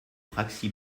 praxi